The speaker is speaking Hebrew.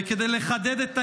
וכדי לחדד את העניין,